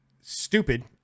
stupid